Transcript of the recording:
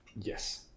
Yes